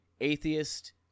atheist